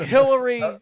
Hillary